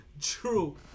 true